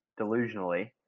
delusionally